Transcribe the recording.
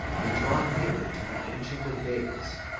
and drawing near to the ancient of days,